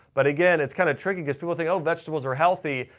but again, it's kind of tricky because people think vegetables are healthy.